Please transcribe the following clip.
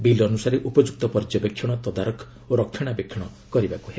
bill ଅନୁସାରେ ଉପଯୁକ୍ତ ପର୍ଯ୍ୟବେକ୍ଷଣ ତଦାରଖ ଓ ରକ୍ଷଣାବେକ୍ଷଣ କରିବାକୁ ହେବ